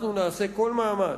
אנחנו נעשה כל מאמץ,